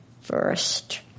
first